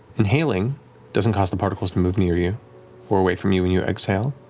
inhaling doesn't cause the particles to move near you or away from you when you exhale.